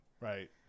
Right